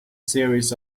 series